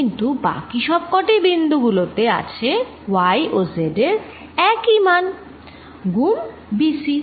কিন্তু বাকি সব কটি বিন্দু গুলোতে আছে y ও z এরএকই মান গুন b c